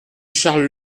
charles